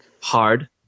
hard